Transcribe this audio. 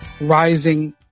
rising